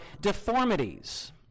deformities